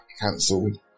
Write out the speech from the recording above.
cancelled